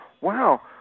wow